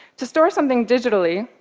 to store something digitally,